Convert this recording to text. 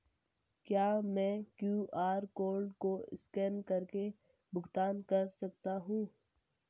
क्या मैं QR code को स्कैन करके भुगतान कर सकता हूं?